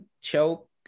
choke